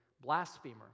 blasphemer